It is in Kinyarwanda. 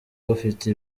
bafite